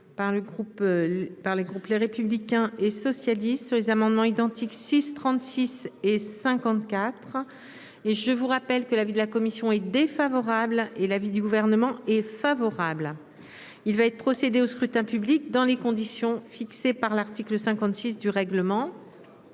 par les groupes, les républicains et socialistes sur les amendements identiques 6 36 et cinquante-quatre et je vous rappelle que l'avis de la commission est défavorable et l'avis du gouvernement est favorable, il va être procédé au scrutin public dans les conditions fixées par l'article 56 du règlement.